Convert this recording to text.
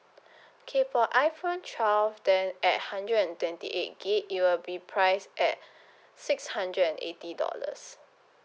okay for iphone twelve then at hundred and twenty eight gig it will be priced at six hundred and eighty dollars